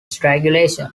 strangulation